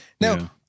now